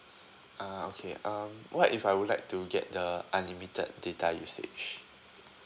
ah okay um what if I would like to get the unlimited data usage